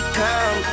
come